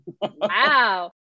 Wow